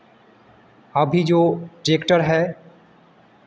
अभी जो ट्रैक्टर है